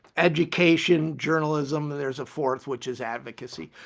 education, journalism, and there's a fourth, which is advocacy.